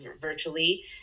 virtually